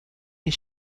les